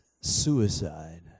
suicide